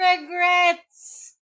Regrets